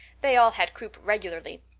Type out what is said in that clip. they all had croup regularly.